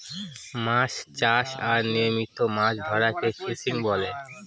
মাছ চাষ আর নিয়মিত মাছ ধরাকে ফিসিং বলে